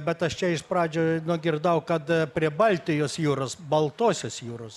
bet aš čia iš pradžių nugirdau kad prie baltijos jūros baltosios jūros